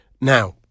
Now